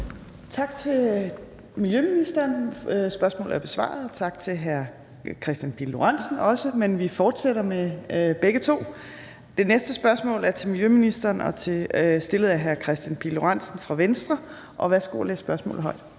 Tak til miljøministeren – spørgsmålet er besvaret – og også tak til hr. Kristian Pihl Lorentzen, men vi fortsætter med begge to. Det næste spørgsmål er til miljøministeren stillet af hr. Kristian Pihl Lorentzen fra Venstre. Kl. 14:30 Spm. nr.